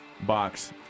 Box